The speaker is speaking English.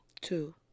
Two